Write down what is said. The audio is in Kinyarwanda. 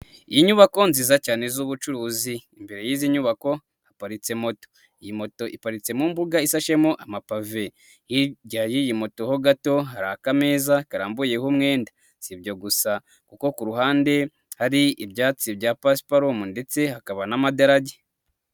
Iyi nyubako nziza cyane z'ubucuruzi, imbere y'izi nyubako haparitse moto, iyi moto iparitse mu mbuga isashemo amapave, hijya y'iyi moto ho gato, hari akameza karambuyeho umwenda, si byo gusa kuko ku ruhande, hari ibyatsi bya pasiparumu ndetse hakaba n'amadarajya.